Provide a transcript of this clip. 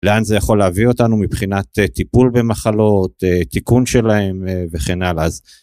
לאן זה יכול להביא אותנו מבחינת טיפול במחלות, תיקון שלהם וכן הלאה. אז